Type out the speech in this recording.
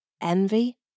envy